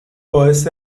باعث